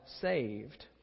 saved